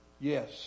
Yes